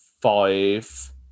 five